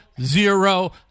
zero